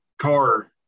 car